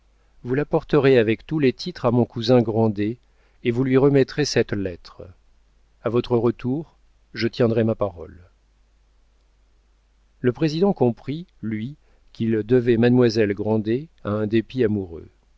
vous la porterez avec tous les titres à mon cousin grandet et vous lui remettrez cette lettre a votre retour je tiendrai ma parole le président comprit lui qu'il devait mademoiselle grandet à un dépit amoureux